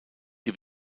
die